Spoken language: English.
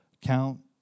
count